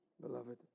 Beloved